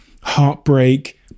heartbreak